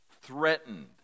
threatened